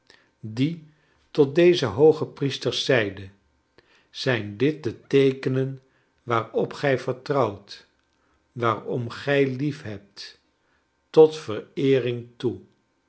die tot deze hoogepriesters zeide zijn dit de teekenen waarop gij vertrouwt waarom gij liefhebt tot vereering toe